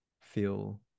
feel